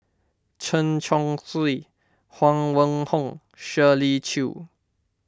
Chen Chong Swee Huang Wenhong Shirley Chew